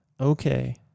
okay